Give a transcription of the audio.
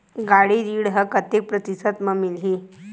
गाड़ी ऋण ह कतेक प्रतिशत म मिलही?